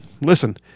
listen